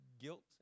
guilt